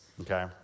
okay